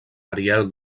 ariel